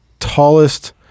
Tallest